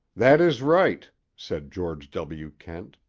that is right said george w. kent.